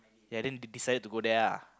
ya then they decided to go there ah